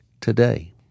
TODAY